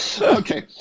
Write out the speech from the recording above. Okay